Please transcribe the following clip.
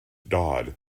dodd